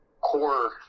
core